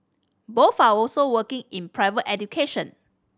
both are also working in private education